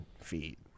feet